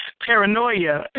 paranoia